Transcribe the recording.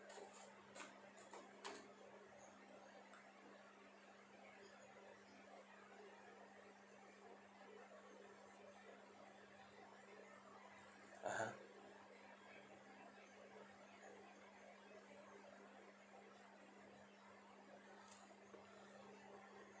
(uh huh)